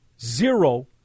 zero